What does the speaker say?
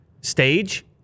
stage